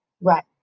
Right